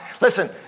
listen